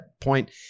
point